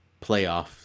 playoff